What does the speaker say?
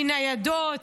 מניידות.